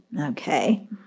okay